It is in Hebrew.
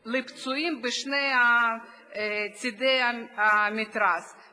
לפצועים בשני צדי המתרס.